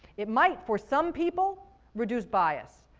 it might for some people reduce bias,